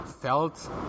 felt